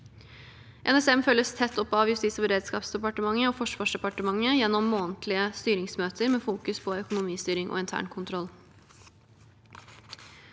NSM følges tett opp av Justis- og beredskapsdepartementet og Forsvarsdepartementet gjennom månedlige styringsmøter med fokus på økonomistyring og internkontroll.